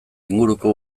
inguruko